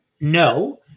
No